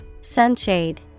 Sunshade